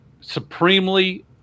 supremely